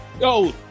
yo